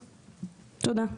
תודה.